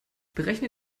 berechne